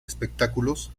espectáculos